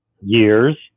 years